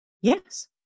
Yes